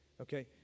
Okay